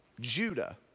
Judah